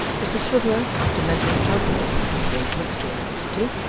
mr swiveller, after mentally calculating his engagements to a nicety,